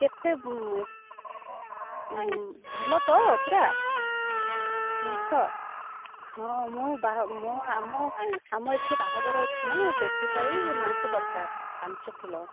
କେତେ ଭଲ ତ ପୁରା ମାଂସ ହଁ ମୁଁ ବାହା ମୁଁ ଆମ ଆମ ଏଠି ବାହାଘର ଅଛି ନା ସେଥିପାଇଁ ଏ ମାଂସ ଦରକାର ପାଞ୍ଚ କିଲୋ